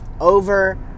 over